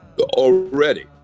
Already